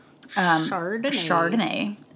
Chardonnay